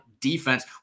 defense